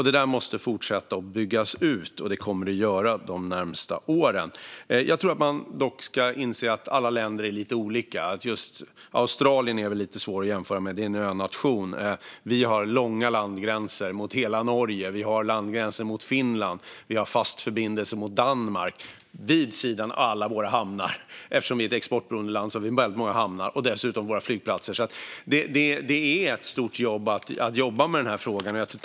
Det måste fortsätta och det måste byggas ut, och det kommer det att göra de närmaste åren. Jag tror att man dock ska inse att alla länder är lite olika. Just Australien är det väl lite svårt att jämföra med. Det är en önation. Vi har långa landgränser mot hela Norge, vi har landgränser mot Finland och vi har fast förbindelse mot Danmark - vid sidan av alla våra hamnar. Eftersom vi är ett exportberoende land har vi väldigt många hamnar och dessutom våra flygplatser. Det är ett stort jobb att ta sig an den här frågan.